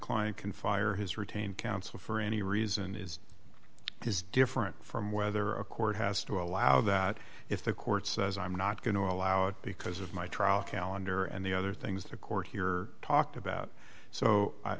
client can fire his retained counsel for any reason is is different from whether a court has to allow that if the court says i'm not going to allow it because of my trial calendar and the other things the court here talked about so i